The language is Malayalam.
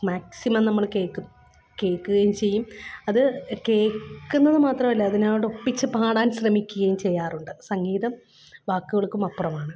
മാക്സിമം നമ്മള് കേള്ക്കും കേള്ക്കുകയും ചെയ്യും അത് കേള്ക്കുന്നത് മാത്രമല്ല അതോനോടൊപ്പിച്ച് പാടാൻ ശ്രമിക്കുകയും ചെയ്യാറുണ്ട് സംഗീതം വാക്കുകൾക്കുമപ്പുറമാണ്